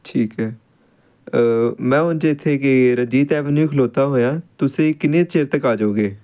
ਠੀਕ ਹੈ ਮੈਂ ਉਂਝ ਇੱਥੇ ਕਿ ਰਣਜੀਤ ਐਵੀਨਿਊ ਖਲੋਤਾ ਹੋਇਆ ਤੁਸੀਂ ਕਿੰਨੇ ਕੁ ਚਿਰ ਤੱਕ ਆ ਜਾਓਗੇ